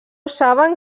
saben